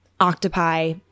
octopi